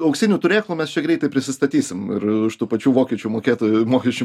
auksinių turėklų mes čia greitai prisistatysim ir už tų pačių vokiečių mokėtojų mokesčių